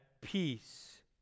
peace